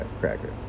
cracker